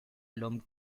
l’homme